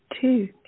two